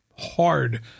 hard